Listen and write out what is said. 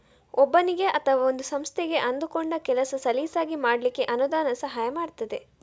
ಒಬ್ಬನಿಗೆ ಅಥವಾ ಒಂದು ಸಂಸ್ಥೆಗೆ ಅಂದುಕೊಂಡ ಕೆಲಸ ಸಲೀಸಾಗಿ ಮಾಡ್ಲಿಕ್ಕೆ ಅನುದಾನ ಸಹಾಯ ಮಾಡ್ತದೆ